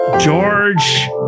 George